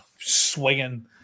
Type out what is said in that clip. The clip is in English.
swinging